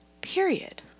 period